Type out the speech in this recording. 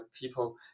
people